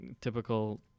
typical